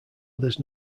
others